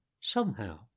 somehow